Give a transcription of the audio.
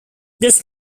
this